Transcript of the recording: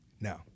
No